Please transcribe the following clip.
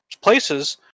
places